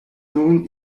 nun